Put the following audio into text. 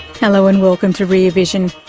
hello, and welcome to rear vision.